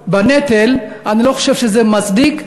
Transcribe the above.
חלק בנטל, אני לא חושב שזה מצדיק.